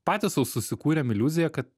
patys sau susikūrėm iliuziją kad